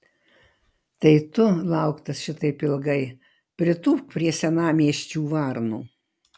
tai tu lauktas šitaip ilgai pritūpk prie senamiesčių varnų